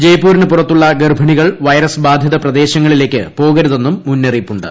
ജയ്പൂരിന് പുറത്തുള്ള ഗർഭിണികൾ വൈറസ് ബാധിത പ്രദേശങ്ങളിലേക്ക് പോകരുതെന്നും മുന്നറിയിപ്പുണ്ട്